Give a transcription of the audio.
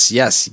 yes